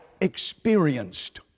experienced